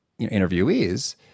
interviewees